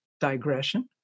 digression